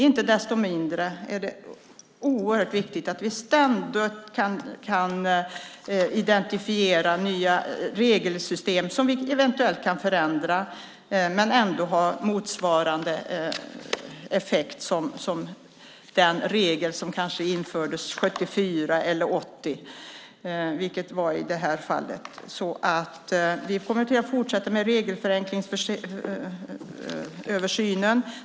Inte desto mindre är det oerhört viktigt att vi ständigt kan identifiera nya regelsystem som vi eventuellt kan förändra och ändå ha samma effekt som vi har haft med den regel som kanske infördes 1974 eller 1980. Vi kommer att fortsätta med regelförenklingsöversynen.